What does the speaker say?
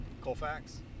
Colfax